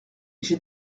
j’ai